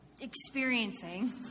experiencing